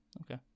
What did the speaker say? okay